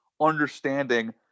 understanding